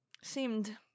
Seemed